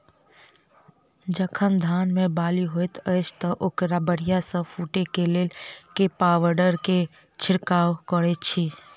जखन धान मे बाली हएत अछि तऽ ओकरा बढ़िया सँ फूटै केँ लेल केँ पावडर केँ छिरकाव करऽ छी?